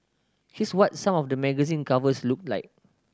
here's what some of the magazine covers looked like